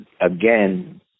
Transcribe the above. again